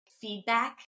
feedback